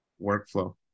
workflow